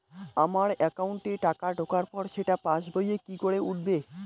আমার একাউন্টে টাকা ঢোকার পর সেটা পাসবইয়ে কি করে উঠবে?